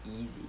easy